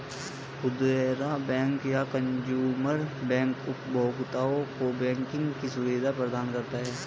खुदरा बैंक या consumer bank उपभोक्ताओं को बैंकिंग की सुविधा प्रदान करता है